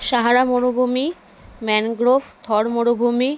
সাহারা মরুভূমি ম্যানগ্রোভ থর মরুভূমি